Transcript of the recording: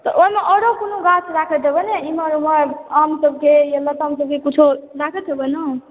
तऽ ओहिमे आओरो कोनो गाछ राखैत हेबै ने इमहर ओमहर आम के छै लताम के भी कुछो राखैत हेबै ने